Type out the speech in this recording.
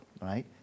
Right